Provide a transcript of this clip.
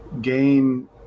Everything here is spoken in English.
gain